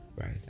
right